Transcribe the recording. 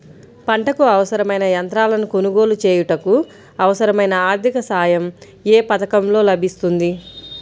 పంటకు అవసరమైన యంత్రాలను కొనగోలు చేయుటకు, అవసరమైన ఆర్థిక సాయం యే పథకంలో లభిస్తుంది?